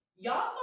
Y'all